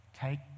take